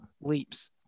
leaps